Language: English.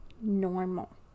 normal